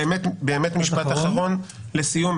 באמת משפט אחרון לסיום.